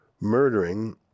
murdering